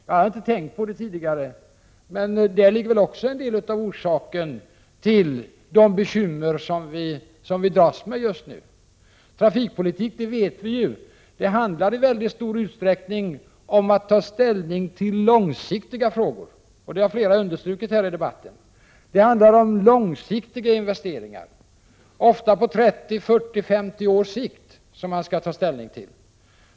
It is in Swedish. Det hade jag inte tänkt på tidigare, men där ligger väl en del av orsakerna till de bekymmer som vi dras med just nu. Vi vet ju att trafikpolitik i väldigt stor utsträckning handlar om att ta ställning till långsiktiga frågor. Det har flera talare understrukit i debatten. Det handlar om långsiktiga investeringar, ofta på 30-50 års sikt, som man skall ta ställning till.